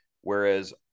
Whereas